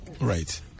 Right